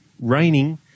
raining